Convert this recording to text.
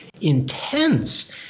intense